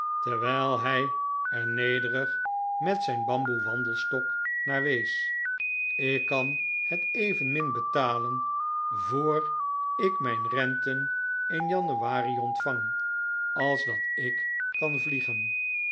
terwijl hij er nederig met zijn bamboe wandelstok naar wees ik kan het evenmin betalen voor ik mijn renten in januari ontvang als dat ik kan vliegen